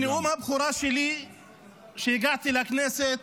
בנאום הבכורה שלי כשהגעתי לכנסת